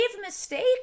mistake